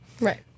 Right